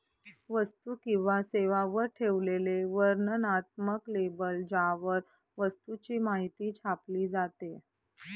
वस्तू किंवा सेवांवर ठेवलेले वर्णनात्मक लेबल ज्यावर वस्तूची माहिती छापली जाते